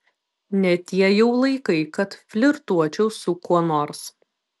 ne tie jau laikai kad flirtuočiau su kuo nors